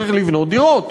צריך לבנות דירות.